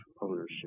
ownership